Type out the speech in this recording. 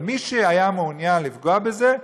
אבל מי שהיה מעוניין לפגוע בזה,